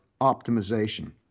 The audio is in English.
optimization